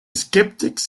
skeptics